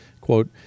Quote